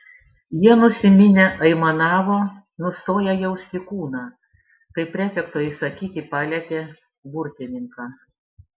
jie nusiminę aimanavo nustoję jausti kūną kai prefekto įsakyti palietė burtininką